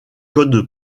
code